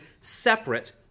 separate